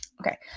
Okay